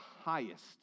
highest